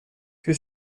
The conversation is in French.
que